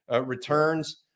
returns